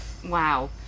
Wow